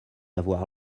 avoir